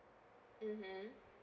mmhmm